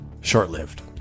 short-lived